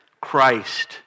Christ